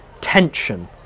tension